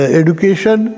education